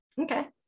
Okay